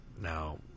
now